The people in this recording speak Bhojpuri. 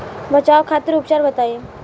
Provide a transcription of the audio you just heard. बचाव खातिर उपचार बताई?